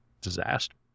disaster